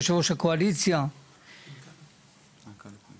יושב-ראש הקואליציה --- מנכ"ל הכנסת.